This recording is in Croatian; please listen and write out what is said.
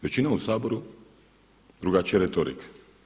Većina u Saboru, drugačija retorika.